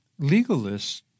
legalists